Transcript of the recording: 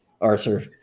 Arthur